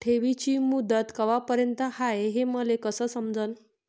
ठेवीची मुदत कवापर्यंत हाय हे मले कस समजन?